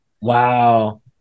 Wow